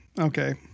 Okay